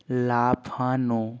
লাফানো